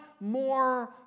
more